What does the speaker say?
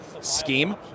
scheme